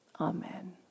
Amen